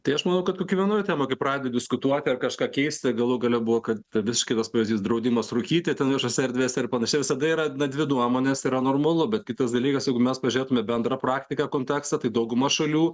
tai aš manau kad kiekvienoj temoj kai pradedi diskutuot ar kažką keisti galų gale buvo kad visiškai kitas pavyzdys draudimas rūkyti ten viešose erdvėse ir panašiai visada yra dvi nuomonės yra normalu bet kitas dalykas jeigu mes pažiūrėtume į bendrą praktiką kontekstą tai dauguma šalių